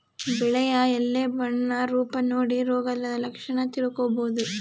ಬೆಳೆಯ ಎಲೆ ಬಣ್ಣ ರೂಪ ನೋಡಿ ರೋಗದ ಲಕ್ಷಣ ತಿಳ್ಕೋಬೋದು